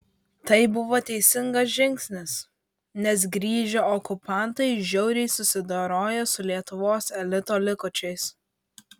tai buvo teisingas žingsnis nes grįžę okupantai žiauriai susidorojo su lietuvos elito likučiais